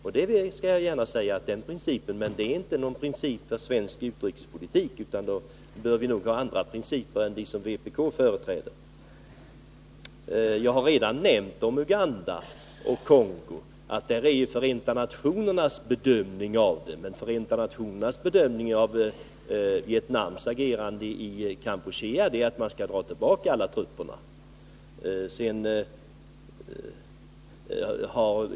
Jag skall gärna erkänna att vpk har den principen, men det är inte någon princip för svensk utrikespolitik, för där bör vi nog ha andra principer än dem som vpk företräder. Jag har redan sagt att när det gäller det som Bertil Måbrink anför om Uganda och Kongo så är det fråga om Förenta nationernas bedömning. Förenta nationernas bedömning när det gäller Vietnams agerande i Kampuchea är emellertid att man skall dra tillbaka alla trupper.